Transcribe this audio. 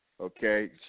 Okay